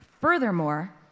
Furthermore